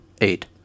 eight